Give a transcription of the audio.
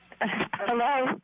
Hello